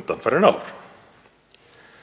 undanfarin ár